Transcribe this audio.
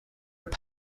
were